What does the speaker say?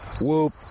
whoop